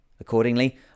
Accordingly